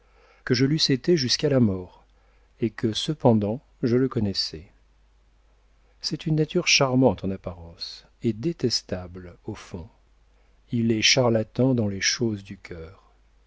que je l'eusse été jusqu'à la mort et que cependant je le connaissais c'est une nature charmante en apparence et détestable au fond il est charlatan dans les choses du cœur